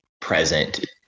present